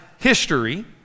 history